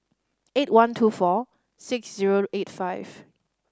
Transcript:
eight one two four six zero eight five